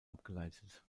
abgeleitet